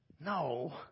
No